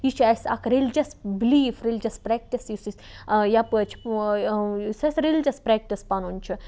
یہِ چھُ اَسہِ اکھ ریٚلجَس بِلیٖف ریٚلجَس پریٚکٹِس یُس أسۍ یَپٲرۍ چھِ یُس اَسہِ ریٚلجَس پریٚکٹِس پَنُن چھُ